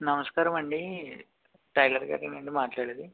నమస్కారమండీ టైలర్ గారేనా అండి మాట్లాడేది